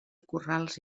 corrals